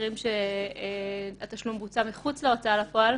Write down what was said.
מקרים שהתשלום בוצע מחוץ להוצאה לפועל,